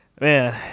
Man